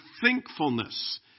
thankfulness